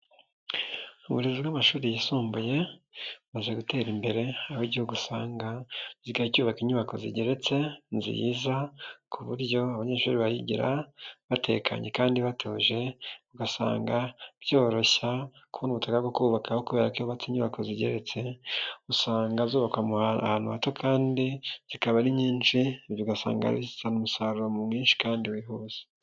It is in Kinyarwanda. Uburezi bw'amashuri yisumbuye bumaze gutera imbere aho igihugu usanga gisigaye cyuyubaka inyubako zigeretse nziza ku buryo abanyeshuri bahigira batekanye kandi batuje ugasanga byoroshya kubona ubutaka bwo kubabukaho kubera ko iyo wubatse inyubako zigeretse usanga zubakwa ahantu hato kandi zikaba ari nyinshi ibyo ugasanga bizana umusaruro mwinshi kandi wihuse.